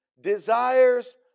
desires